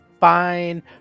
fine